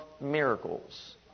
miracles